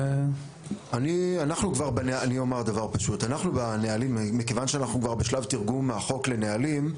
אני אומר דבר פשוט: מכיוון שאנחנו כבר בשלב תרגום החוק לנהלים,